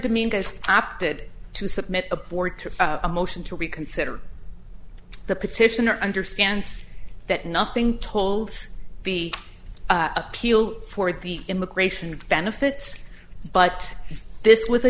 demeaned as opted to submit a board to a motion to reconsider the petitioner understands that nothing told the appeal for the immigration benefits but this was a